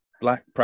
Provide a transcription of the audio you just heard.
black